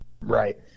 right